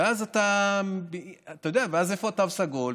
ואז איפה התו הסגול?